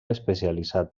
especialitzat